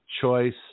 choice